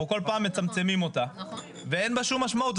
אנחנו כל פעם מצמצמים אותה ואין בה שום משמעות.